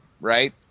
Right